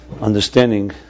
understanding